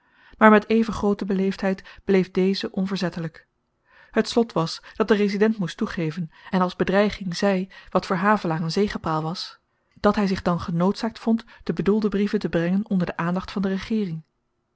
maar met even groote beleefdheid bleef deze onverzettelyk het slot was dat de resident moest toegeven en als bedreiging zei wat voor havelaar een zegepraal was dat hy zich dan genoodzaakt vond de bedoelde brieven te brengen onder de aandacht van de regeering